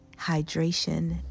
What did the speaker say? hydration